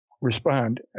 respond